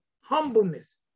humbleness